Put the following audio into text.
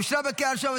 אושרה בקריאה ראשונה,